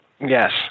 Yes